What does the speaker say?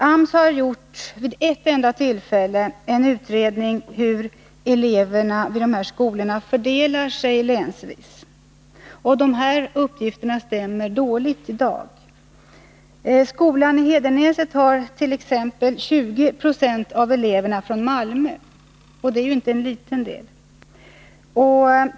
AMS har vid ett enda tillfälle gjort en utredning av hur eleverna vid dessa skolor fördelar sig länsvis, och de uppgifterna stämmer dåligt i dag. Vid exempelvis skolan i Hedenäset kommer i dag 20 96 av eleverna från Malmö, och det är inte någon liten andel.